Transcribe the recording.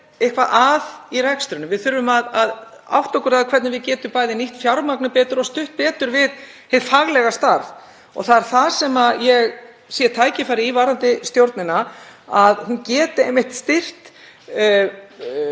eitthvað að í rekstrinum. Við þurfum að átta okkur á því hvernig við getum bæði nýtt fjármagnið betur og stutt betur við hið faglega starf. Það er þar sem ég sé tækifæri varðandi stjórnina, að hún geti einmitt styrkt